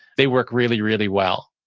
they work really, really well.